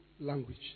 language